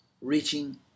reaching